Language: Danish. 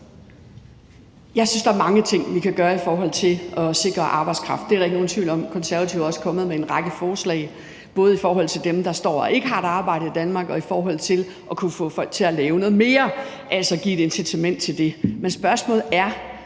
Jeg synes, der er mange ting, vi kan gøre i forhold til at sikre arbejdskraft. Det er der ikke nogen tvivl om. Konservative er også kommet med en række forslag, både i forhold til dem, der står og ikke har et arbejde i Danmark, og i forhold til at kunne få folk til at lave noget mere, altså give et incitament til det. Men spørgsmålet er: